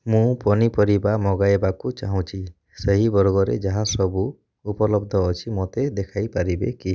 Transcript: ମୁଁ ପନିପରିବା ମଗାଇବାକୁ ଚାହୁଁଛି ସେହି ବର୍ଗରେ ଯାହା ସବୁ ଉପଲବ୍ଧ ଅଛି ମୋତେ ଦେଖାଇପାରିବେ କି